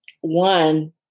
One